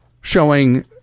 showing